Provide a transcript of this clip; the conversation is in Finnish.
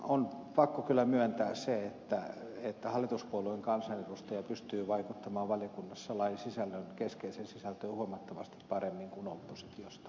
on pakko kyllä myöntää että hallituspuolueen kansanedustaja pystyy vaikuttamaan valiokunnassa lain keskeiseen sisältöön huomattavasti paremmin kuin oppositiosta